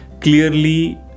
clearly